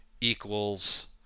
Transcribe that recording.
equals